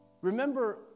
Remember